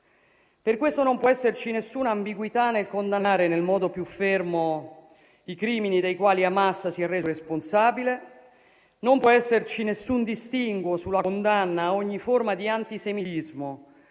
Per questo non può esserci nessuna ambiguità nel condannare nel modo più fermo i crimini dei quali Hamas si è reso responsabile, non può esserci alcun distinguo sulla condanna a ogni forma di antisemitismo,